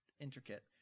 intricate